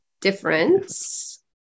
difference